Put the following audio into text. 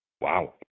Wow